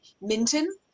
Minton